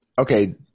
okay